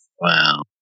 Wow